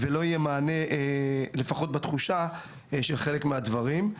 ולא יהיה מענה לפחות בתחושה של חלק מהדברים.